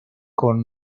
con